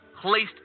placed